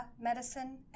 medicine